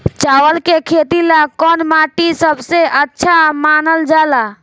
चावल के खेती ला कौन माटी सबसे अच्छा मानल जला?